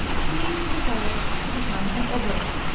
he who desires to become an oborot,